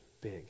big